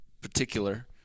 particular